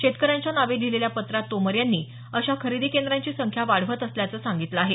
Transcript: शेतकऱ्यांच्या नावे लिहिलेल्या पत्रात तोमर यांनी अशा खरेदी केंद्रांची संख्या वाढवत असल्याचं सांगितलं आहे